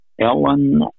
Ellen